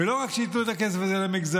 ולא רק שייתנו את הכסף הזה למגזרים,